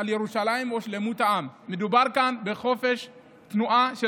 על ירושלים או שלמות העם; מדובר כאן בחופש תנועה של